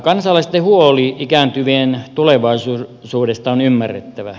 kansalaisten huoli ikääntyvien tulevaisuudesta on ymmärrettävä